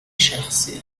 شخصیه